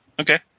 Okay